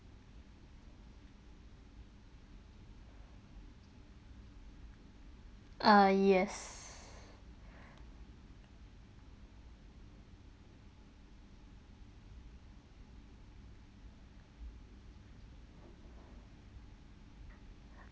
uh yes